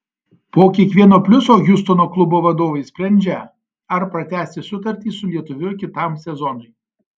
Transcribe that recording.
po kiekvieno pliuso hjustono klubo vadovai sprendžią ar pratęsti sutartį su lietuviu kitam sezonui